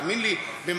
תאמין לי.